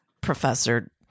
professor –